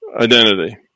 identity